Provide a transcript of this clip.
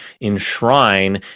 enshrine